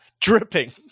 dripping